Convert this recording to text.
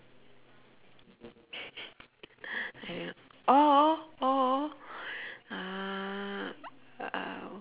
I don't know or or uh uh